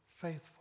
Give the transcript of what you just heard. faithful